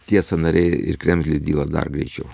tie sąnariai ir kremzlės dyla dar greičiau